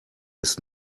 ist